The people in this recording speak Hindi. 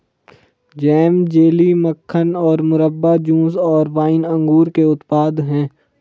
जैम, जेली, मक्खन और मुरब्बा, जूस और वाइन अंगूर के उत्पाद हैं